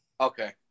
Okay